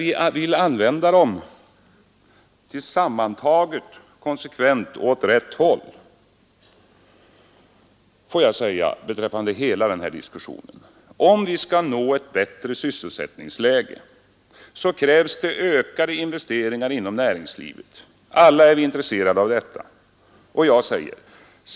Ja, vi har angett dem här och sagt att det i princip inte är några nya medel, men att vi vill använda dem åt rätt håll. Om vi skall kunna uppnå ett bättre sysselsättningsläge krävs det ökade investeringar inom näringslivet — det är alla intresserade av.